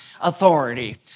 authority